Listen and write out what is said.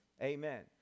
Amen